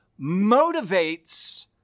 motivates